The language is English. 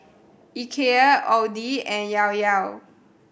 Ikea Audi and Llao Llao